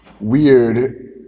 weird